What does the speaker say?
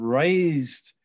raised